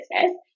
business